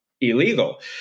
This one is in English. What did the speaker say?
illegal